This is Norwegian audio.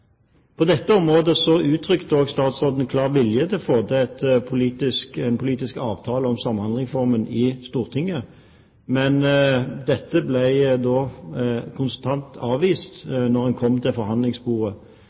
på en rekke områder. Statsråden uttrykte klar vilje til å få til en politisk avtale om Samhandlingsreformen i Stortinget, men dette ble kontant avvist da